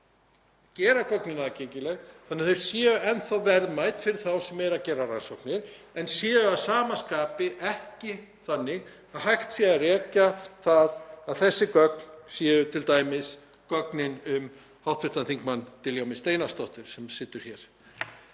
að gera gögnin aðgengileg þannig að þau séu enn þá verðmæt fyrir þá sem eru að gera rannsóknir en séu að sama skapi ekki þannig að hægt sé að rekja þau þannig að þessi gögn séu t.d. gögnin um hv. þm. Diljá Mist Einarsdóttur sem situr hér.